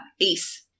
ace